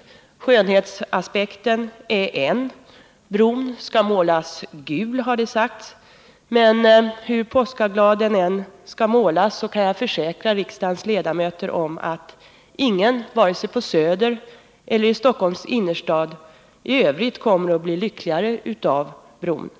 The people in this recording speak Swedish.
Exempelvis skönhetsaspekten kan tas upp. Bron skall målas gul, har det sagts. Men hur påskaglad bron än skall målas kan jag försäkra riksdagens ledamöter om att ingen vare sig på Söder eller i Stockholms innerstad i övrigt kommer att bli lyckligare av den.